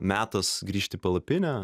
metas grįžt į palapinę